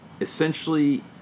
essentially